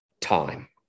time